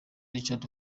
richard